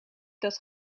dat